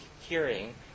hearing